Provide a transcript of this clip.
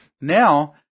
now